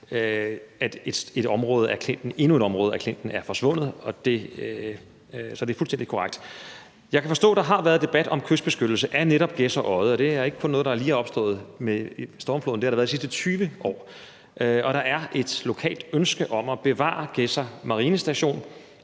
er det også sådan, at endnu et område af klinten er forsvundet, så det er fuldstændig korrekt. Jeg kan forstå, der har været debat om kystbeskyttelse af netop Gedser Odde. Det er ikke noget, der lige er opstået med stormfloden; det har der været de sidste 20 år. Og der er et lokalt ønske om at bevare Marinestation